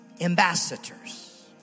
ambassadors